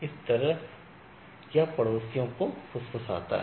इस तरह यह पड़ोसियों को फुसफुसाता है